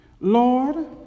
Lord